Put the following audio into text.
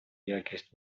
якість